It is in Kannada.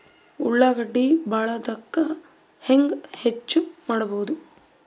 ಉಳ್ಳಾಗಡ್ಡಿ ಬಾಳಥಕಾ ಹೆಂಗ ಹೆಚ್ಚು ಮಾಡಬಹುದು?